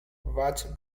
vaig